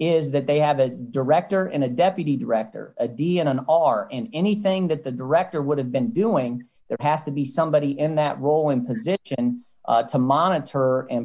is that they have a director and a deputy director a d n r and anything that the director would have been doing there has to be somebody in that role in position to monitor and